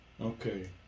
Okay